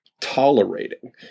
tolerating